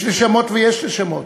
יש נשמות ויש נשמות.